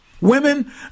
Women